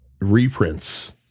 reprints